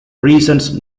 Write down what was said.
reasons